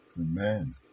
Amen